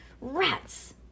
Rats